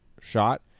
shot